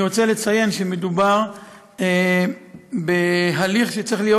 אני רוצה לציין שמדובר בהליך שצריך להיות